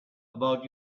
about